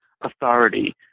authority